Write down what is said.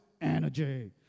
energy